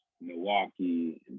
Milwaukee